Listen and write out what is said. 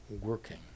working